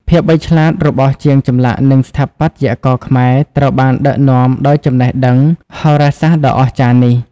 ភាពវៃឆ្លាតរបស់ជាងចម្លាក់និងស្ថាបត្យករខ្មែរត្រូវបានដឹកនាំដោយចំណេះដឹងហោរាសាស្ត្រដ៏អស្ចារ្យនេះ។